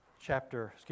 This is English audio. chapter